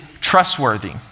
trustworthy